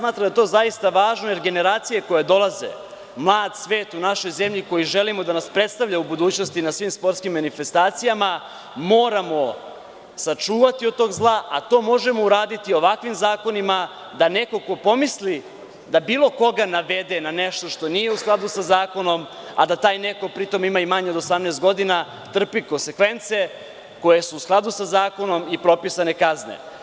Smatram da je to jako važno jer generacije koje dolaze, mlad svet u našoj zemlji koji želimo da nas predstavalja u budućnosti na svim sportskim manifestacijama moramo sačuvati od tog zla, a to možemo uraditi ovakvim zakonima da neko ko pomisli da bilo koga navede na nešto što nije u skladu sa zakonom, a da tajneko pri tome ima manje od 18 godina, trpi konsekvence koje su u skladu sa zakonom i propisane kazne.